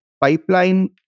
pipeline